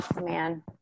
man